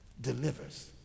delivers